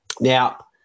Now